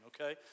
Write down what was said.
okay